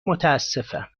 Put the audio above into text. متاسفم